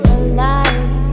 alive